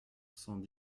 cent